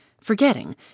forgetting